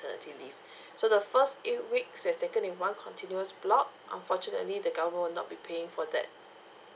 maternity leave so the first eight weeks which has taken in one continuous block unfortunately the government will not be paying for that